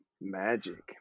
magic